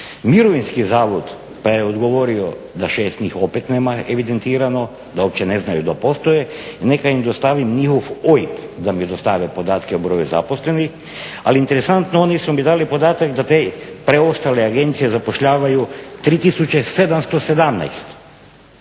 Mirovinski zavod, pa je odgovorio da 6 njih opet nema evidentirano, da uopće ne znaju da postoje i neka im dostavim njihov OIB da mi dostave podatke o broju zaposlenih. Ali interesantno oni su mi dali podatak da te preostale agencije zapošljavaju 3717